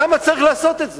למה צריך לעשות את זה?